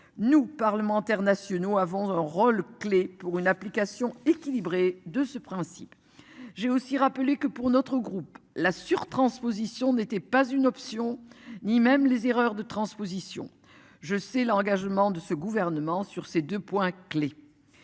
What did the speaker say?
nous parlementaires nationaux avant un rôle clé pour une application équilibrée de ce principe. J'ai aussi rappelé que pour notre groupe, la surtransposition n'était pas une option, ni même les erreurs de transposition je sais l'engagement de ce gouvernement sur ces 2 points clés.